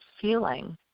feeling